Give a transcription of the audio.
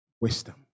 wisdom